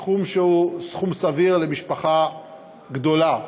סכום שהוא סביר למשפחה גדולה,